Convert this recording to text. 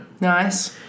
Nice